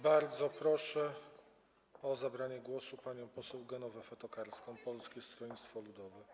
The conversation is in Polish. Bardzo proszę o zabranie głosu panią poseł Genowefę Tokarską, Polskie Stronnictwo Ludowe.